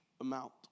amount